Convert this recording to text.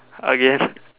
okay